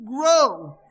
grow